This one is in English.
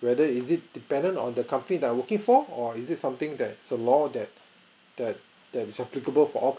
whether is it dependant on the company that I working for or is it something that there's a law that that that is applicable for all